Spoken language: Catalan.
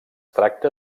tracta